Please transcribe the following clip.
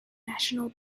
national